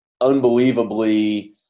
unbelievably